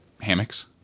hammocks